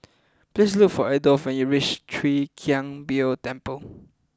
please look for Adolf when you reach Chwee Kang Beo Temple